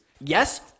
Yes